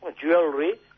Jewelry